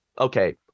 okay